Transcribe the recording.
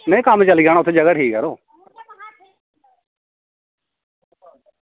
में कल्ल चली जाना उत्थें जगह ठीक ऐ यरो